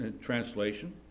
translation